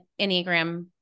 Enneagram